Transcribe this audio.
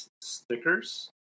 Stickers